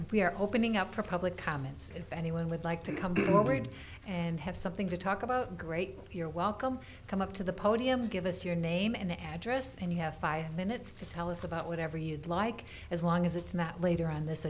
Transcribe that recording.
we are opening up for public comments if anyone would like to come forward and have something to talk about great you're welcome come up to the podium give us your name and address and you have five minutes to tell us about whatever you'd like as long as it's not later on this